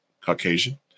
Caucasian